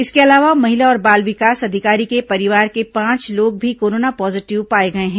इसके अलावा महिला और बाल विकास अधिकारी के परिवार के पांच लोग भी कोरोना पॉजीटिव पाए गए हैं